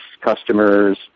customers